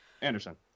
Anderson